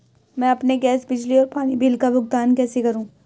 मैं अपने गैस, बिजली और पानी बिल का भुगतान कैसे करूँ?